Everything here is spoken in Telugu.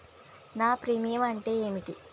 నా ప్రీమియం అంటే ఏమిటి?